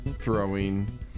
throwing